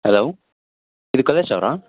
hello ಇದು ಕಲ್ಲೇಶವರಾ